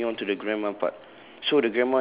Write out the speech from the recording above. okay moving on to the grandma part